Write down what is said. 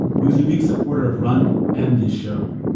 he was a big supporter of rund and this show.